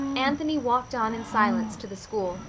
anthony walked on in silence to the school,